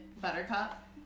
Buttercup